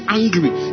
angry